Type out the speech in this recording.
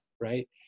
right